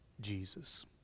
Jesus